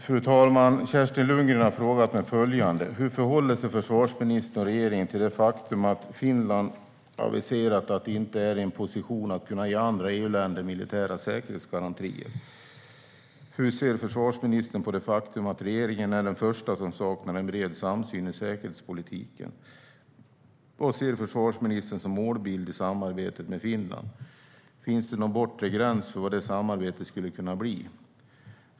Fru talman! Kerstin Lundgren har frågat mig följande: Hur förhåller sig försvarsministern och regeringen till det faktum att Finland aviserat att de inte är i en position att kunna ge andra EU-länder militära säkerhetsgarantier? Hur ser försvarsministern på det faktum att regeringen är den första som saknar en bred samsyn i säkerhetspolitiken? Vad ser försvarsministern som målbild i samarbetet med Finland? Finns det någon bortre gräns för vad det samarbetet skulle kunna bli?